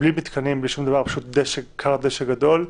בלי מתקנים, פשוט כר דשא גדול,